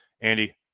Andy